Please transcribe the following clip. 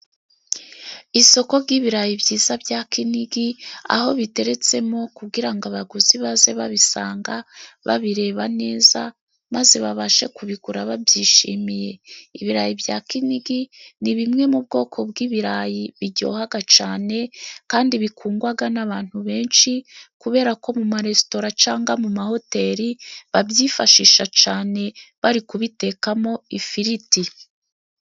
Isoko ry'ibirayi byiza bya kinigi aho biteretsemo, kugira ngo abaguzi baze babisanga babireba neza maze babashe kubigura babyishimiye. Ibirayi bya kinigi ni bimwe mu bwoko bw'ibirayi biryoha cyane kandi bikundwa n'abantu benshi, kubera ko mu maresitora cyangwa mu mahoteli babyifashisha cyane bari kubitekamo ifiriti.